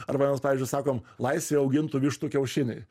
arba mes pavyzdžiui sakom laisvėj augintų vištų kiaušiniai